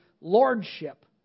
lordship